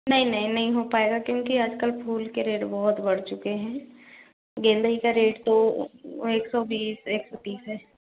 नहीं नहीं नहीं हो पाएगा क्योंकि आज कल फूल के रेट बहुत बढ़ चुके हैं गेंदे का रेट तो एक सौ एक सौ तीस है